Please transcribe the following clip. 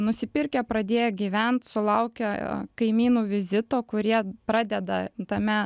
nusipirkę pradėję gyvent sulaukia kaimynų vizito kurie pradeda tame